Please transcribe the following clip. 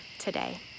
today